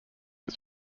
its